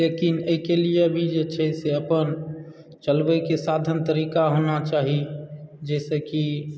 लेकिन एहिके लिए भी जे छै से अपन चलबयके साधन तरीका होना चाही जाहिसँ कि